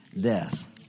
death